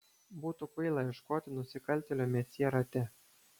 būtų kvaila ieškoti nusikaltėlio mesjė rate